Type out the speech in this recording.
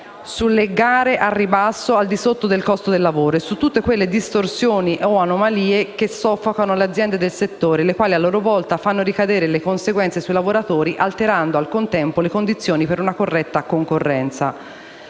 sulle gare al ribasso al di sotto del costo del lavoro e su tutte quelle distorsioni o anomalie che soffocano le aziende del settore le quali, a loro volta, fanno ricadere le conseguenze sui lavoratori alterando, al contempo, le condizioni per una corretta concorrenza.